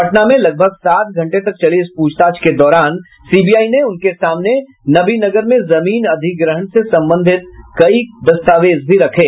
पटना में लगभग सात घंटे तक चली इस प्रछताछ के दौरान सीबीआई ने उनके सामने नवीनगर में जमीन अधिग्रहण से संबंधित कई दस्तावेज भी रखे